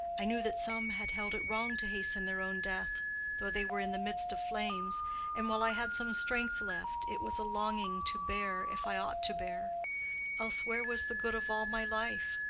i knew that some had held it wrong to hasten their own death, though they were in the midst of flames and while i had some strength left it was a longing to bear if i ought to bear else where was the good of all my life?